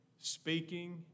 Speaking